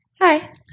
Hi